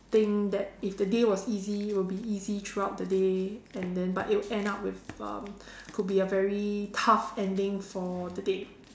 think that if the day was easy will be easy throughout the day and then but it will end up with um could be a very tough ending for the day